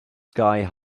sky